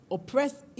Oppressed